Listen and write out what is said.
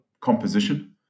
composition